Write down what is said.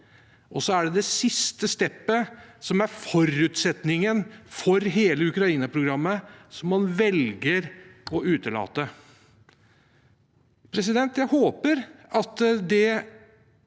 Og så er det det siste steget, som er forutsetningen for hele Ukraina-programmet, som man velger å utelate.